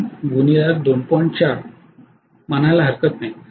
4 म्हणायला हवे